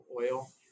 oil